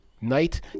night